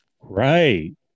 Right